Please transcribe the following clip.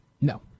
No